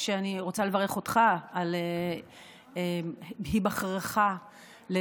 שאני רוצה לברך אותך על היבחרך ליושב-ראש